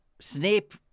Snape